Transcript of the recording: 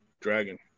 dragon